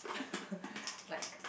like